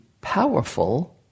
powerful